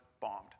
bombed